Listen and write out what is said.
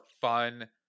fun